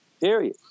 Period